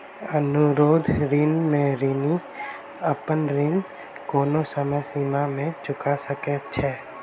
अनुरोध ऋण में ऋणी अपन ऋण कोनो समय सीमा में चूका सकैत छै